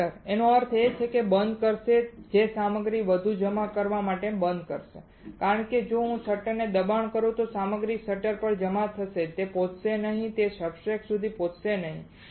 shutter તેનો અર્થ એ છે કે તે બંધ કરશે તે સામગ્રીને વધુ જમા કરાવવા માટે બંધ કરશે કારણ કે જો હું શટરને દબાણ કરું તો સામગ્રી શટર પર જમા થશે તે પહોંચશે નહીં તે સબસ્ટ્રેટ સુધી પહોંચશે નહીં